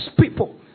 people